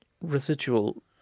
residual